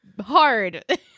hard